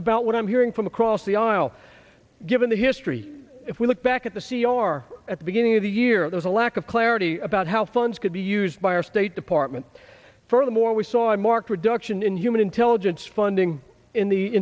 about what i'm hearing from across the aisle given the history if we look back at the c r at the beginning of the year there's a lack of clarity about how funds could be used by our state department furthermore we saw a marked reduction in human intelligence funding in the